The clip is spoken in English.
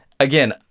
Again